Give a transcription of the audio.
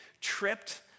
tripped